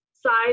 Size